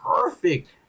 perfect